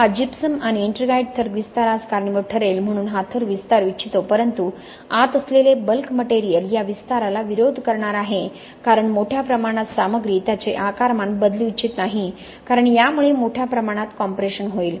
हा जिप्सम आणि एट्रिंगाइट थर विस्तारास कारणीभूत ठरेल म्हणून हा थर विस्तारू इच्छितो परंतु आत असलेले बल्क मटेरियल या विस्ताराला विरोध करणार आहे कारण मोठ्या प्रमाणात सामग्री त्याचे आकारमान बदलू इच्छित नाही कारण यामुळे मोठ्या प्रमाणात कॉम्प्रेशन होईल